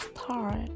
start